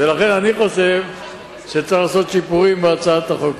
ולכן אני חושב שצריך לעשות שיפורים בהצעת החוק הזאת.